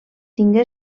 tingué